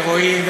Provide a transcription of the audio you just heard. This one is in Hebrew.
ורואים,